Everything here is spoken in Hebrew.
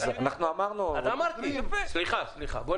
סליחה שאני